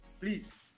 please